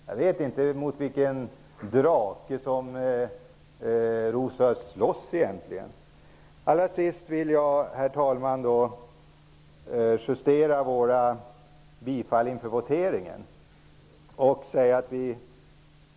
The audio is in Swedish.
Jag vet inte vilken drake som Rosa Östh egentligen slåss emot. Till sist, herr talman, vill jag justera våra yrkanden inför voteringen.